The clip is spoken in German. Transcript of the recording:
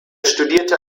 studierte